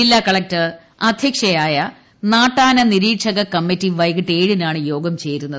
ജില്ലാ കളക്ടർ അദ്ധ്യക്ഷയായ നാട്ടാന നിരീക്ഷക കമ്മിറ്റി വൈകിട്ട് ഏഴിനാണ് യോഗം ചേരുന്നത്